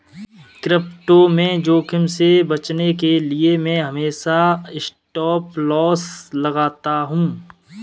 crypto में जोखिम से बचने के लिए मैं हमेशा स्टॉपलॉस लगाता हूं